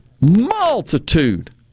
multitude